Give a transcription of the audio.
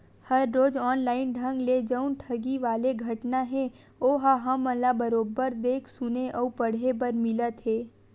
हर रोज ऑनलाइन ढंग ले जउन ठगी वाले घटना हे ओहा हमन ल बरोबर देख सुने अउ पड़हे बर मिलत हे